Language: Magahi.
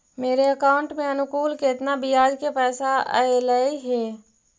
मेरे अकाउंट में अनुकुल केतना बियाज के पैसा अलैयहे?